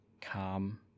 calm